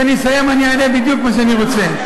כשאני אסיים, אני אענה בדיוק מה שאני רוצה.